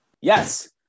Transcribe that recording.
Yes